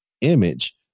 image